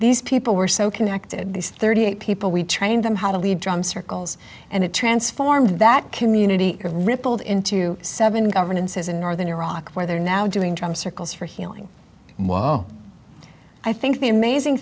these people were so connected these thirty eight people we trained them how to lead drum circles and it transformed that community rippled into seven governances in northern iraq where they are now doing drum circles for healing while i think the amazing